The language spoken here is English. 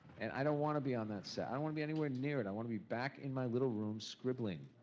and i don't wanna be on that set. i don't wanna be anywhere near it. i wanna be back in my little room scribbling,